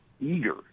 eager